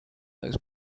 those